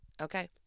Okay